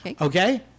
Okay